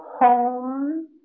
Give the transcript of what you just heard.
home